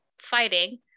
fighting